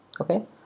okay